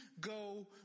go